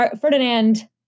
Ferdinand